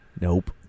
nope